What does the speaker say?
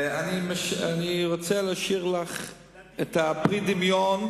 אני רוצה להשאיר לך לפרי הדמיון,